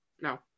No